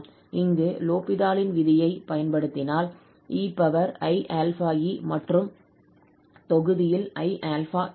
இங்கு லோபிதாலின் விதியை பயன்படுத்தினால் ei∝∈ மற்றும் தொகுதியில் 𝑖𝛼 கிடைக்கும்